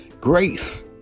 grace